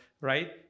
Right